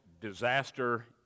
disaster